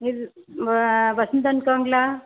Vasanth and கோங்களா